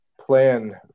plan